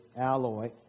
alloy